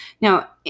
Now